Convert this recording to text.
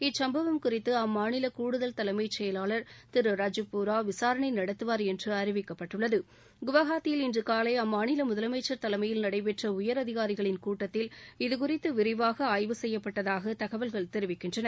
இச்சுப்பவம் குறித்து அம்மாநில கூடுதல் தலைமை செயலாளர் திரு ரஜுப்போரா விசாரணை நடுத்துவார் என்று அறிவிக்கப்பட்டுள்ளது குவகாத்தியில் இன்று காலை அம்மாநில முதலமம்சர் தலைமையில் நடைபெற்ற உயரதிகாரிகளின் கூட்டத்தில் இதுகுறித்து விரிவாக ஆய்வு செய்யப்பட்டதாக தகவல்கள் தெரிவிக்கின்றன